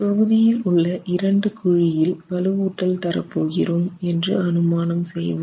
தொகுதியில் உள்ள இரண்டு குழியில் வலுவூட்டல் தர போகிறோம் என்று அனுமானம் செய்வோம்